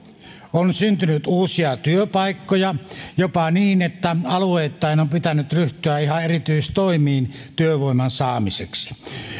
on syntynyt uusia työpaikkoja jopa niin että alueittain on pitänyt ryhtyä ihan erityistoimiin työvoiman saamiseksi